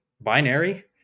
binary